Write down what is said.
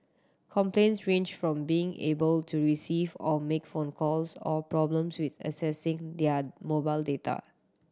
complaints range from being unable to receive or make phone calls or problems with accessing their mobile data